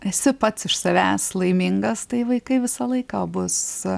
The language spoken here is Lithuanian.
esi pats iš savęs laimingas tai vaikai visą laiką bus